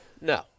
No